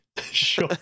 Sure